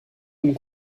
comme